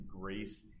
grace